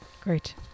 Great